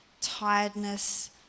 tiredness